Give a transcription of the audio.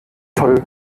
toll